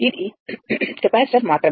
ఇది కెపాసిటర్ మాత్రమే